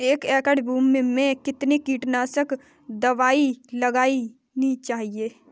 एक एकड़ भूमि में कितनी कीटनाशक दबाई लगानी चाहिए?